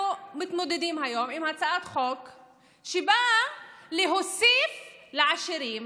אנחנו מתמודדים היום עם הצעת חוק שבאה להוסיף לעשירים,